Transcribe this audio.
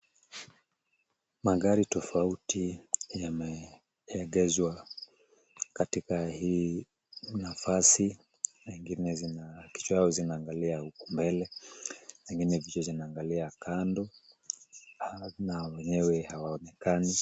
Magari tofauti yameegeshwa katika hii nafasi. Mengine zina kichwa yao zinaangalia huku mbele. Zingine vichwa zinaangalia kando na wenyewe hawaonekani.